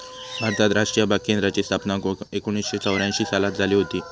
भारतात राष्ट्रीय बाग केंद्राची स्थापना एकोणीसशे चौऱ्यांशी सालात झाली हुती